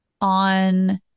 on